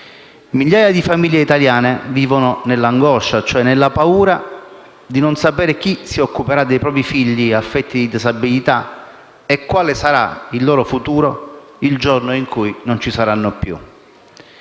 Migliaia di famiglie italiane vivono nell'angoscia e nella paura di non sapere chi si occuperà dei propri figli affetti da disabilità e quale sarà il loro futuro il giorno in cui non ci saranno più.